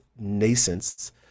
nascence